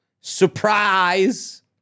Surprise